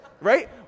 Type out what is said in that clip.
right